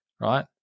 right